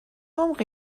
عمقی